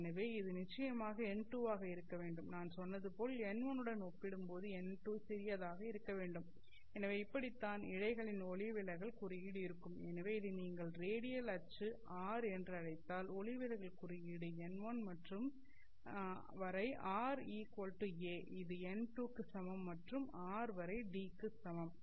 எனவே இது நிச்சயமாக n2 ஆக இருக்க வேண்டும் நான் சொன்னது போல் n1 உடன் ஒப்பிடும்போது n2 சிறியதாக இருக்க வேண்டும் எனவே இப்படித்தான் இழைகளின் ஒளி விலகல் குறியீடு இருக்கும் எனவே இதை நீங்கள் ரேடியல் அச்சு r என்று அழைத்தால் ஒளி விலகல் குறியீடு n1 மற்றும் வரை r a இது n2 க்கு சமம் மற்றும் r வரை d க்கு சமம்